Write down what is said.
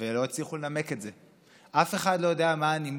ובסגר צריך להתייחס לכל אות מההנחיות